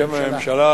בשם הממשלה,